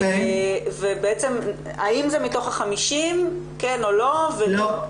ובעצם האם זה מתוך ה-50 כן או לא --- לא.